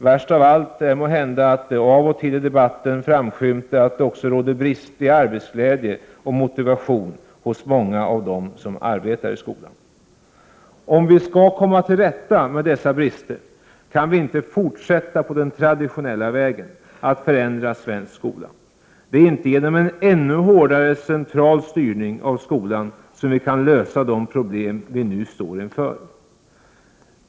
Värst av allt är måhända att det av och till i debatten framskymtar att det också råder brist på arbetsglädje och motivation hos många av dem som arbetar i skolan. Om vi skall komma till rätta med dessa brister kan vi inte fortsätta på den traditionella vägen att förändra svensk skola. Det är inte genom en ännu hårdare central styrning av skolan vi kan lösa de problem vi nu står inför.